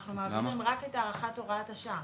אנחנו מעבירים רק את הארכת הוראת השעה.